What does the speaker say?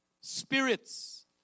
spirits